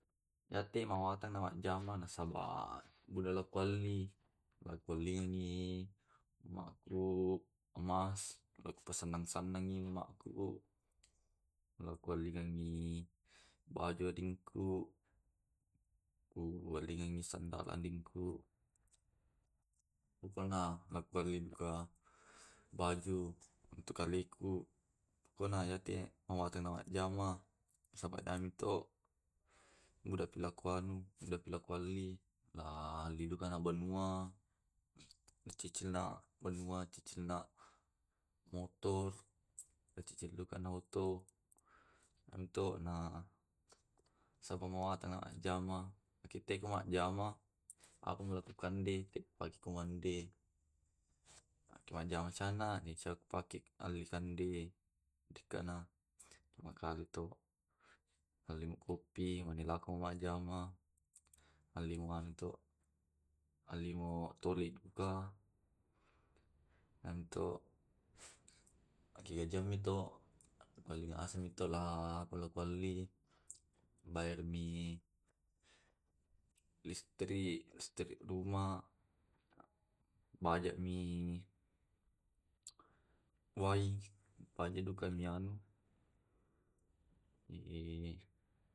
Iyate namawatang majjama, nasaba bulolo kualli pa kuallingi maku emas baku ba sennang sennang mi mak ku ku alliangni baju adingku, kuallingingni sandala adingku, pokona kualllin baju untuk kaleku, pokona ya te namawatangka majjama, Saba anu to buda pila ku anu buda kualli. Nallidukaka banua, macicil ma banua, cicilna motor, cicil dukana oto, nto na sapa mawatangka majama. Yake te ko majama, apa elo dikande, mupakeko mande, majama sana to su ku pake alli kande dekana. Makale to, malepukopi, namelaoko majama, alleang muane to, allimo tole duka, anu to ekiajang mi to malli ngasengmi to elo kualli, bayarmi listrik, listrik rumah, wajak mi wai, wajakmi duka ianu eh